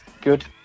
good